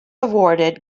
awarded